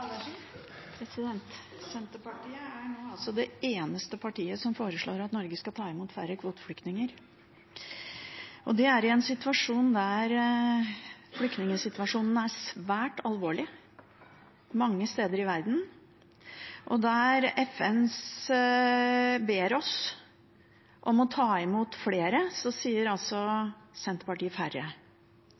ned. Senterpartiet er nå det eneste partiet som foreslår at Norge skal ta imot færre kvoteflyktninger. Og det er i en situasjon der flyktningsituasjonen er svært alvorlig mange steder i verden. Der FN ber oss om å ta imot flere, sier Senterpartiet færre.